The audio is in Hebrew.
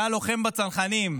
שהיה לוחם בצנחנים,